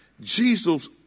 Jesus